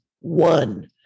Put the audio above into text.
one